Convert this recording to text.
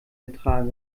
ertrage